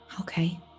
Okay